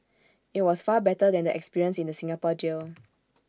IT was far better than the experience in the Singapore jail